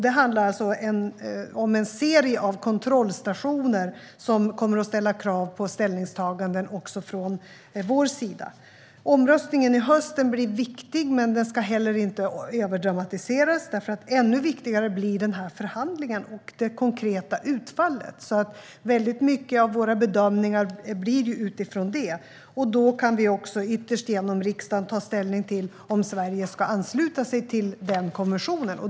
Det handlar om en serie av kontrollstationer som kommer att ställa krav på ställningstaganden också från vår sida. Omröstningen i höst blir viktig men den ska heller inte överdramatiseras. Ännu viktigare blir förhandlingen och det konkreta utfallet. Väldigt mycket av våra bedömningar blir utifrån det. Då kan vi också ytterst genom riksdagen ta ställning till om Sverige ska ansluta sig till den konventionen.